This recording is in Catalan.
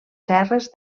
serres